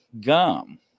gum